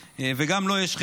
אבל אתה עושה את הדבר הנכון,